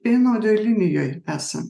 vienodoj linijoj esam